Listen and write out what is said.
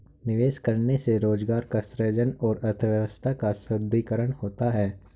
निवेश करने से रोजगार का सृजन और अर्थव्यवस्था का सुदृढ़ीकरण होता है